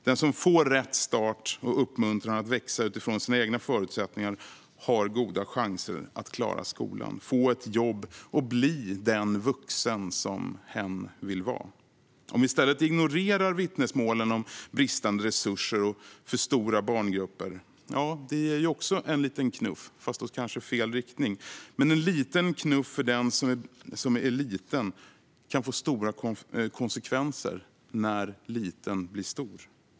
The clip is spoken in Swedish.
Den som får rätt start och uppmuntran att växa utifrån sina egna förutsättningar har goda chanser att klara skolan, få ett jobb och bli den vuxen hen vill vara. Om vi i stället ignorerar vittnesmålen om bristande resurser och för stora barngrupper - ja, det ger också en liten knuff, fast kanske i fel riktning. Men en liten knuff för den som är liten får stora konsekvenser när liten blir stor.